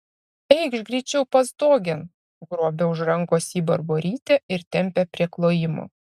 eikš greičiau pastogėn grobia už rankos jį barborytė ir tempia prie klojimo